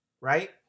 right